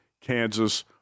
Kansas